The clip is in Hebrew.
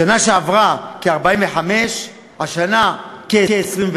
בשנה שעברה כ-45, השנה כ-21.